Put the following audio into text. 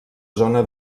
zona